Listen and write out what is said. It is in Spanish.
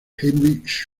heinrich